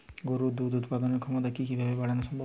গরুর দুধ উৎপাদনের ক্ষমতা কি কি ভাবে বাড়ানো সম্ভব?